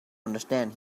understand